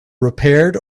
repaired